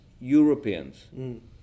Europeans